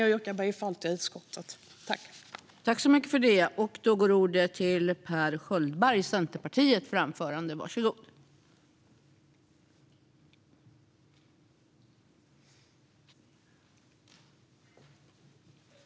Jag yrkar bifall till utskottets förslag.